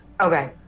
Okay